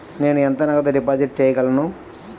నేను ఎంత నగదు డిపాజిట్ చేయగలను?